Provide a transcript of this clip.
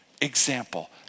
example